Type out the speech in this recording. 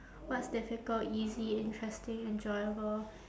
what's difficult easy interesting enjoyable